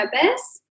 purpose